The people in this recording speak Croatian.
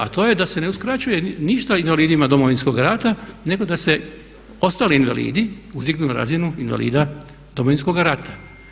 A to je da se ne uskraćuje ništa invalidima Domovinskog rata nego da se ostali invalidi izdignu na razinu invalida Domovinskog rata.